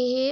ਇਹ